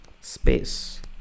space